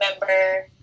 remember